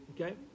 Okay